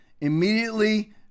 immediately